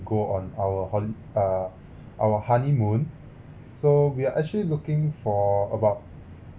go on our hol~ uh our honeymoon so we're actually looking for about